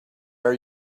are